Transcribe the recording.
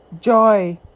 joy